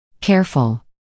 Careful